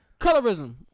Colorism